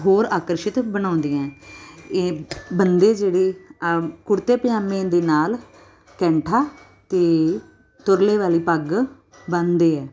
ਹੋਰ ਆਕਰਸ਼ਿਤ ਬਣਾਉਂਦੀਆਂ ਇਹ ਬੰਦੇ ਜਿਹੜੇ ਕੁੜਤੇ ਪਜਾਮੇ ਦੇ ਨਾਲ ਕੈਂਠਾ ਅਤੇ ਤੁਰਲੇ ਵਾਲੀ ਪੱਗ ਬੰਨ੍ਹਦੇ ਹੈ